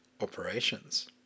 operations